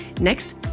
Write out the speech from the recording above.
Next